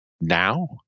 now